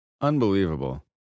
Unbelievable